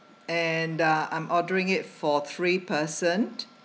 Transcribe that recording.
and uh I'm ordering it for three person